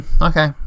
okay